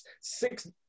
six